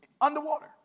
Underwater